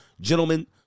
Gentlemen